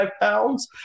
pounds